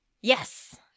Yes